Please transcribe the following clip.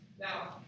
Now